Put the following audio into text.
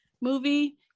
movie